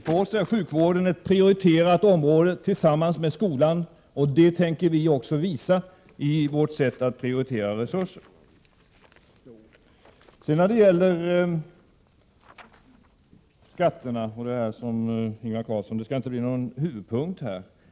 För oss är sjukvården ett prioriterat område, tillsammans med skolan, och vi tänker visa det i vårt sätt att prioritera resurser. Skatterna skall inte bli någon huvudpunkt, som Ingvar Carlsson sade.